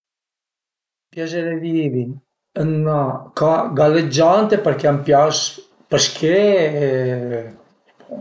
A m'piazerìa vivi ënt üna ca galleggiante perché a më pias pesché